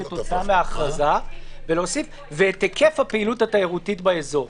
כתוצאה מההכרזה" ולהוסיף "ואת היקף הפעילות התיירותית באזור".